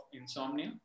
insomnia